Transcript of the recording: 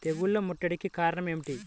తెగుళ్ల ముట్టడికి కారణం ఏమిటి?